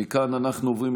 שם חילקנו מאות מחשבים,